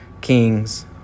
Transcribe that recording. Kings